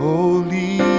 Holy